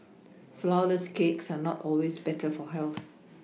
flourless cakes are not always better for health